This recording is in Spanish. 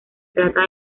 trata